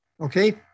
Okay